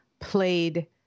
played